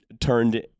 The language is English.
turned